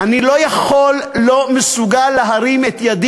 אני לא יכול, לא מסוגל להרים את ידי